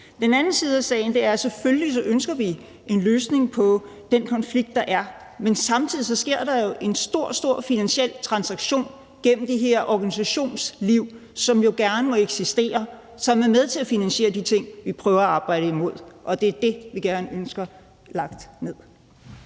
Den anden side af sagen er, at vi selvfølgelig ønsker en løsning på den konflikt, der er. Men samtidig sker der jo en stor, stor finansiel transaktion gennem det her organisationsliv, som jo gerne må eksistere, og som er med til at finansiere de ting, vi prøver at arbejde imod. Det er det, vi ønsker lagt ned.